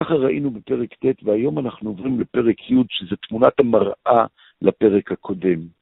ככה ראינו בפרק ט' והיום אנחנו עוברים לפרק י' שזה תמונת המראה לפרק הקודם.